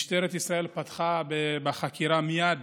משטרת ישראל פתחה בחקירה מייד